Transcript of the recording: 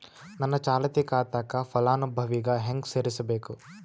ನನ್ನ ಚಾಲತಿ ಖಾತಾಕ ಫಲಾನುಭವಿಗ ಹೆಂಗ್ ಸೇರಸಬೇಕು?